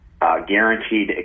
guaranteed